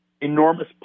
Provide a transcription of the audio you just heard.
enormous